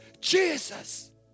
Jesus